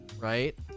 Right